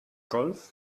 golf